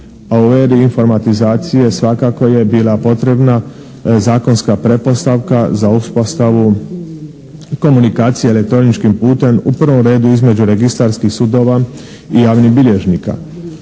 A u eri informatizacije svakako je bila potrebna zakonska pretpostavka za uspostavu komunikacije elektroničkim putem u prvom redu između registarskih sudova i javnih bilježnika.